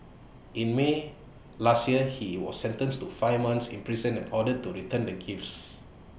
in may last year he was sentenced to five months in prison and ordered to return the gifts